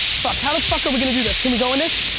fuck, how the fuck are we going to do this? can we go in this?